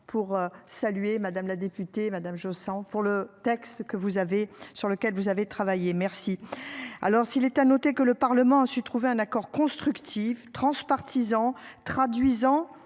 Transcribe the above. pour saluer Madame la députée Madame je chaussant pour le texte que vous avez sur lequel vous avez travaillé. Merci. Alors s'il est à noter que le Parlement a su trouver un accord constructif transpartisan traduisant